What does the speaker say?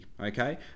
Okay